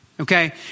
Okay